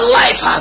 life